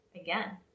again